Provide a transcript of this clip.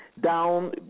down